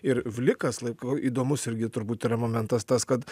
ir vlikas laikau įdomus irgi turbūt yra momentas tas kad